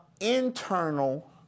internal